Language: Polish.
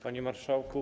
Panie Marszałku!